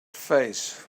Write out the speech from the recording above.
face